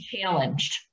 challenged